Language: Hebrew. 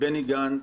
מבני גנץ,